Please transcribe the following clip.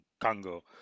Congo